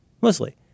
mostly